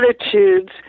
attitudes